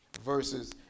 versus